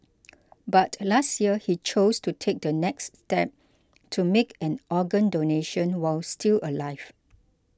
but last year he chose to take the next step to make an organ donation while still alive